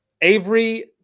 Avery